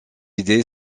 idée